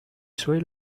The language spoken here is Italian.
suoi